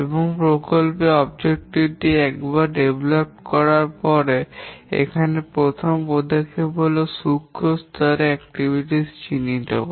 এবং প্রকল্পের উদ্দেশ্য টি একবার উন্নত করার পরে এখানে প্রথম পদক্ষেপটি হল সূক্ষ্ম স্তরের কার্যক্রম চিহ্নিত করা